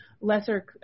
lesser